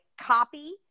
copy